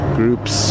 groups